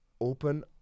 open